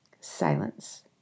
Silence